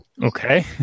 Okay